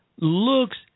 Looks